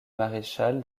maréchal